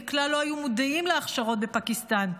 כלל לא היו מודעים להכשרות בפקיסטן,